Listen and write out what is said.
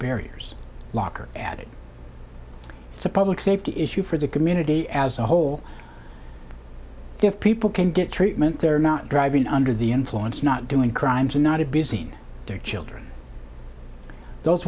barriers locker addie it's a public safety issue for the community as a whole give people can get treatment they're not driving under the influence not doing crimes and not abusing their children those